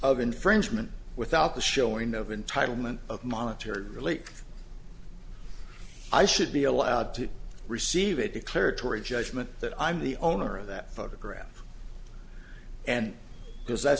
of infringement without the showing of entitlement of monetary relate i should be allowed to receive a declaratory judgment that i'm the owner of that photograph and because that